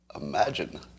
imagine